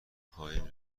خواهیم